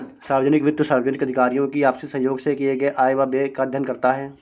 सार्वजनिक वित्त सार्वजनिक अधिकारियों की आपसी सहयोग से किए गये आय व व्यय का अध्ययन करता है